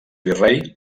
virrei